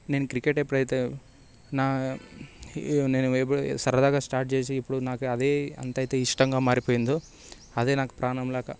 నేను క్రికెట్ ఎప్పుడైతే నా నేను ఎప్పుడు సరదాగా స్టార్ట్ చేసి ఇప్పుడు నాకు అదే అంతే ఇష్టంగా మారిపోయిందో అదే నాకు ప్రాణం లాగా